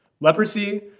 Leprosy